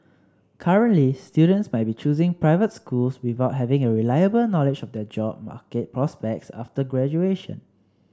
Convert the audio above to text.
currently students might be choosing private schools without having a reliable knowledge of their job market prospects after graduation